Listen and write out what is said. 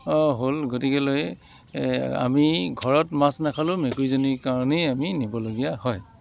হ'ল গতিকেলৈ আমি ঘৰত মাছ নাখালেও মেকুৰীজনীৰ কাৰণেই আমি নিবলগীয়া হয়